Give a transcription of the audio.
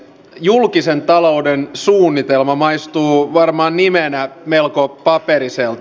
julkisen talouden suunnitelma maistuu varmaan nimenä melko paperiselta